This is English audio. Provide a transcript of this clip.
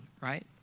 right